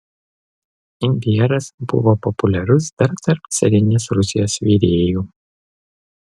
imbieras buvo populiarus dar tarp carinės rusijos virėjų